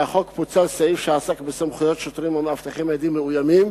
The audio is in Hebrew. מהחוק פוצל סעיף שעסק בסמכויות שוטרים המאבטחים עדים מאוימים,